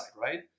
right